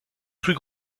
plus